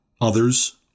Others